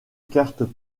cartes